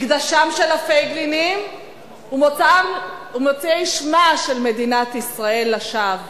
מקדשם של הפייגלינים ומוציאי שמה של מדינת ישראל לשווא.